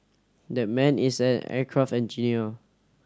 that man is an aircraft engineer